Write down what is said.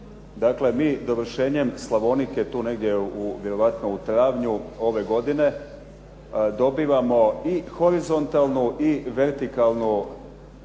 Dakle, mi dovršenjem "Slavonike" tu vjerojatno u travnju ove godine, dobivamo i horizontalnu i vertikalnu